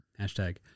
Hashtag